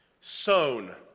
Sown